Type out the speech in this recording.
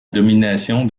domination